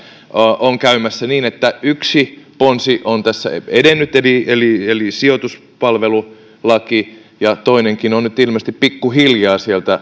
on käymässä niin että yksi ponsi on edennyt eli eli sijoituspalvelulaki ja toinenkin on nyt ilmeisesti pikkuhiljaa sieltä